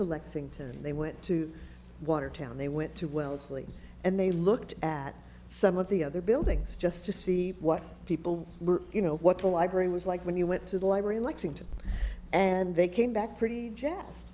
to lexington they went to watertown they went to wellesley and they looked at some of the other buildings just to see what people you know what the library was like when you went to the library lexington and they came back pretty j